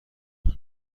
منو